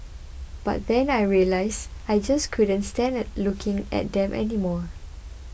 but then I realised I just couldn't standard looking at them anymore